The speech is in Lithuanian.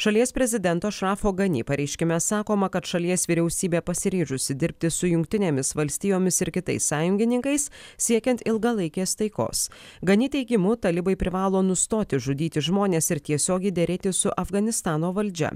šalies prezidento ašrafo gani pareiškime sakoma kad šalies vyriausybė pasiryžusi dirbti su jungtinėmis valstijomis ir kitais sąjungininkais siekiant ilgalaikės taikos gani teigimu talibai privalo nustoti žudyti žmones ir tiesiogiai derėtis su afganistano valdžia